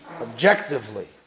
objectively